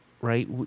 right